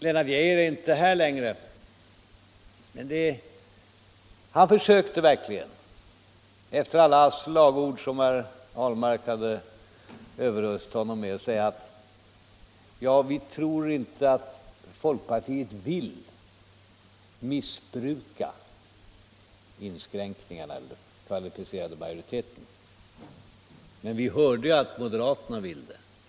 Lennart Geijer är inte i kammaren längre, men efter alla slagord som herr Ahlmark hade överöst honom med sade han: Vi tror inte att folkpartiet vill missbruka inskränkningarna eller den kvalificerade majori teten, men vi hörde att moderaterna vill det.